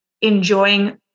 enjoying